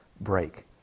break